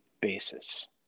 basis